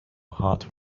heart